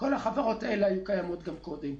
כל החברות האלה היו קיימות גם קודם.